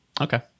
okay